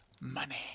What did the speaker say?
money